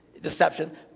deception